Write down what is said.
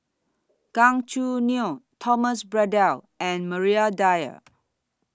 Gan Choo Neo Thomas Braddell and Maria Dyer